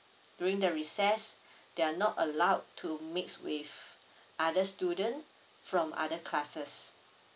during the recess they are not allowed to mix with other student from other classes